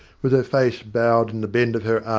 with her face bowed in the bend of her